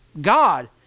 God